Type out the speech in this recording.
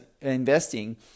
investing